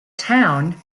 town